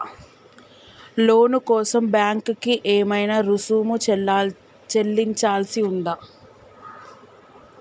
లోను కోసం బ్యాంక్ కి ఏమైనా రుసుము చెల్లించాల్సి ఉందా?